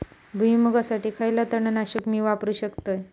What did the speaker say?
भुईमुगासाठी खयला तण नाशक मी वापरू शकतय?